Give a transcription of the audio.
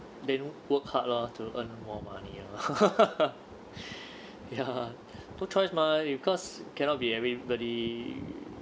they don't work hard lor to earn more money lor ya no choice mah because cannot be everybody